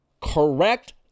correct